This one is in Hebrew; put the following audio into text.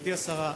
גברתי השרה,